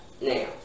Now